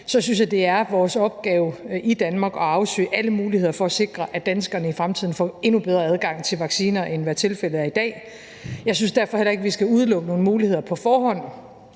synes jeg, det er vores opgave i Danmark at afsøge alle mulige muligheder for at sikre, at danskerne i fremtiden får endnu bedre adgang til vacciner, end hvad tilfældet er i dag. Jeg synes derfor heller ikke, at vi skal udelukke nogen muligheder på forhånd,